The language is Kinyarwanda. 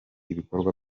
ibikorwa